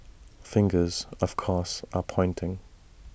fingers of course are pointing